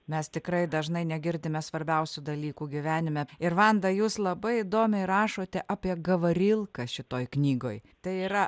mes tikrai dažnai negirdime svarbiausių dalykų gyvenime ir vanda jūs labai įdomiai rašote apie gavarilką šitoj knygoj tai yra